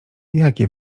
jakie